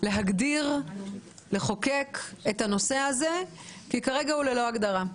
להגדיר ולחוקק את הנושא הזה כי כרגע הוא ללא הגדרה.